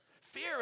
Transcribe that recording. Fear